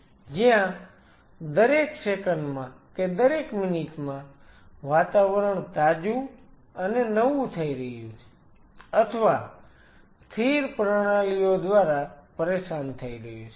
જ્યાં દરેક સેકન્ડ માં કે દરેક મિનિટ માં વાતાવરણ તાજું અને નવું થઈ રહ્યું છે અથવા સ્થિર પ્રણાલીઓ દ્વારા પરેશાન થઈ રહ્યું છે